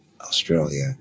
Australia